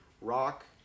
Rock